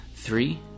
Three